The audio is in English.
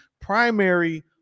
primary